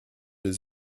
des